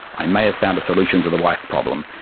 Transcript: i may have found a solution to the wife problem,